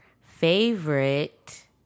favorite